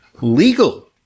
legal